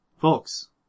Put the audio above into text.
Folks